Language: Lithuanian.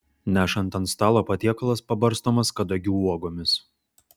nešant ant stalo patiekalas pabarstomas kadagių uogomis